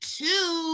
two